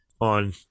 on